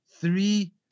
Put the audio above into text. three